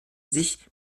sich